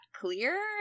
clear